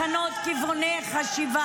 מחייבים את כולם לשנות כיווני חשיבה.